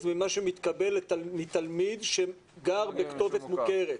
ממה שמתקבל לתלמיד שגר בכתובת מוכרת.